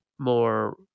more